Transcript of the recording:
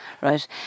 right